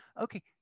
Okay